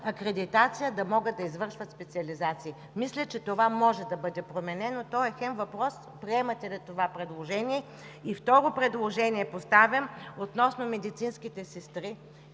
акредитация да могат да извършват специализации. Мисля, че това може да бъде променено, то е въпрос: приемате ли това предложение? Правя и второ предложение относно медицинските сестри.